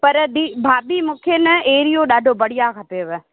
पर दी भाभी मूंखे न एरियो ॾाढो बढ़िया खपेव